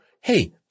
hey